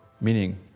meaning